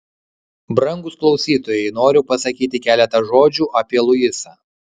brangūs klausytojai noriu pasakyti keletą žodžių apie luisą